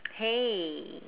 hey